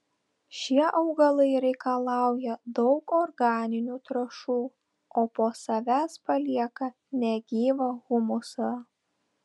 šie augalai reikalauja daug organinių trąšų o po savęs palieka negyvą humusą